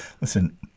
Listen